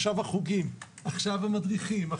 עכשיו החוגים, עכשיו המדריכים.